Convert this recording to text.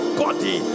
body